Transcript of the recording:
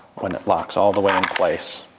when it locks all the way in place,